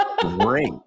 great